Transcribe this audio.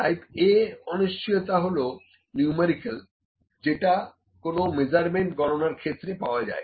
type A অনিশ্চয়তা হল numerical যেটা কোন মেজারমেন্ট গণনার ক্ষেত্রে পাওয়া যায়